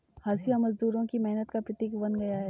हँसिया मजदूरों की मेहनत का प्रतीक बन गया है